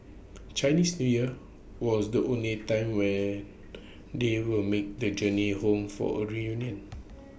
Chinese New Year was the only time when they would make the journey home for A reunion